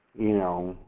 you know,